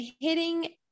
hitting